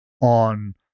on